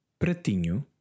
Pratinho